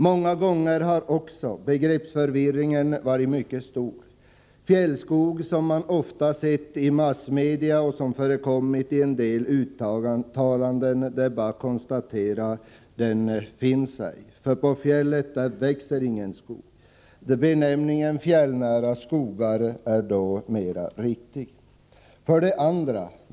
Många gånger har begreppsförvirringen varit mycket stor. Det är bara att konstatera att fjällskog som man ofta sett i massmedia och som förekommit i en del uttalanden — den finns ej. På fjället växer ingen skog. Benämningen fjällnära skogar är då riktigare.